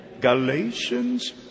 Galatians